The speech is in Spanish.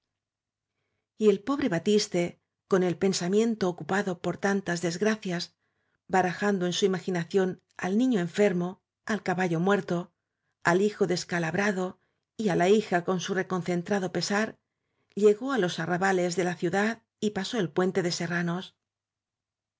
el pobre batiste con el pensamiento ocu pado por tantas desgracias barajando en su imaginación al niño enfermo al caballo muerto al hijo descalabrado y á la hija con su recon centrado pesar llegó á los arrabales de la ciu dad y pasó el puente de serranos